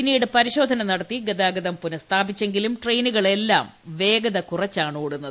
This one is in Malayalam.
പിന്നിട് പരിശോധന നടത്തി ഗതാഗതം പുനസ്ഥാപിച്ചെങ്കിലും ട്രെയിനുകളെല്ലാം വേഗത കുറച്ചാണ് ഓടുന്നത്